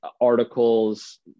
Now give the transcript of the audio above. articles